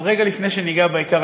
אבל רגע לפני שניגע בעיקר,